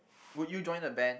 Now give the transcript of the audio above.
would you join a band